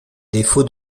défauts